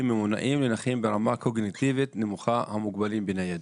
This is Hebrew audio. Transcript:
ממונעים לנכים ברמה קוגניטיבית נמוכה המוגבלים בניידות.